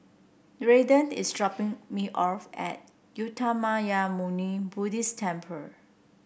Raiden is dropping me off at Uttamayanmuni Buddhist Temple